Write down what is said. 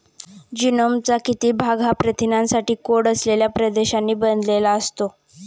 जीनोमचा किती भाग हा प्रथिनांसाठी कोड असलेल्या प्रदेशांनी बनलेला असतो?